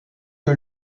que